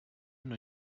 know